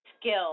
skill